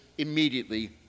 immediately